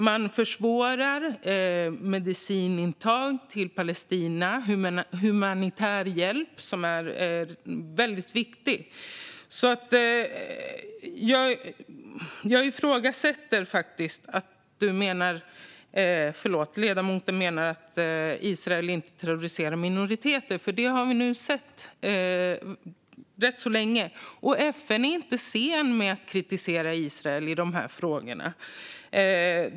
Man försvårar medicinintag till Palestina och humanitär hjälp som är väldigt viktig. Jag ifrågasätter faktiskt att ledamoten menar att Israel inte terroriserar minoriteter, för det har vi sett rätt så länge. FN är inte sen med att kritisera Israel i dessa frågor.